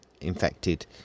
infected